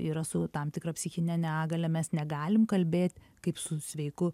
yra su tam tikra psichine negalia mes negalim kalbėt kaip su sveiku